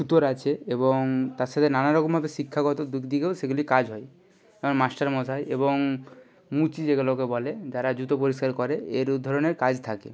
ছুতোর আছে এবং তার সাথে নানারকমভাবে শিক্ষাগত দিক থেকেও সেগুলি কাজ হয় যেমন মাস্টারমশাই এবং মুচি যেগুলোকে বলে যারা জুতো পরিষ্কার করে এরও ধরনের কাজ থাকে